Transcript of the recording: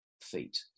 feet